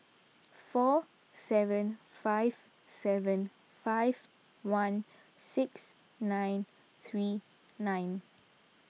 four seven five seven five one six nine three nine